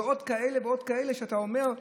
ויש עוד כאלה ועוד כאלה שאתה אומר: